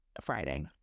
Friday